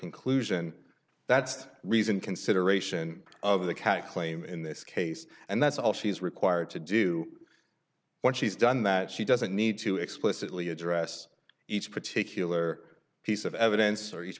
conclusion that's reason consideration of the cat claim in this case and that's all she's required to do when she's done that she doesn't need to explicitly address each particular piece of evidence or